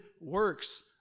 works